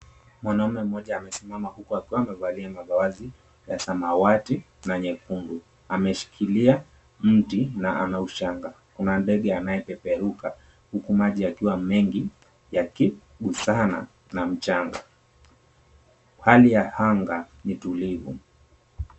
Mwanaume mmoja amesimama huku amevalia mavazi ya samawati na nyekundu. Ameshikilia mti na anaushanga. Kuna ndege anayepeperuka huku maji yakiwa mengi yakigusana na mchanga. Hali ya anga ni tulivu.